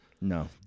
No